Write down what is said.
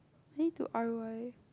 I need to R_O_I